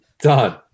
Done